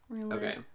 Okay